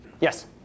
Yes